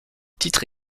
titre